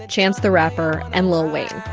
ah chance the rapper, and lil wayne.